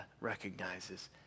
recognizes